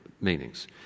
meanings